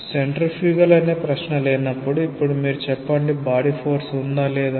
centrifugal అనే ప్రశ్నే లేనప్పుడు ఇప్పుడు మీరు చెప్పండి బాడి ఫోర్స్ ఉందా లేదా